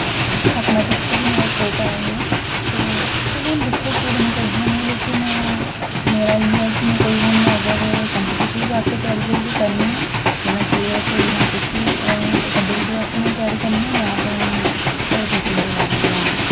mathematics च बी मेरा स्कोप ऐ इ'यां ते चलो हुन दिक्खो केह् बनी सकदी में लेकिन मेरा इ'यां ऐ कि में हुन अगर काम्पिटेटिव आस्तै तैयारी करनी ऐ जियां के एस होई जां किश बी इ'यां होई काम्पिटेटिव आस्तै तैयारी करनी ऐ जां ते में फिर टीचिंग दी लाइन च जाना ऐ